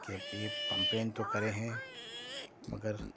کہ ابھی آپ کمپلین تو کرے ہیں مگر